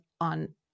on